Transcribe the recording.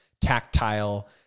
tactile